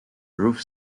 roof